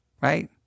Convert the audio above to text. Right